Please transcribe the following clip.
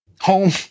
Home